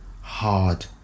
hard